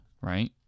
right